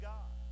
God